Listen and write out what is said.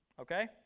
Okay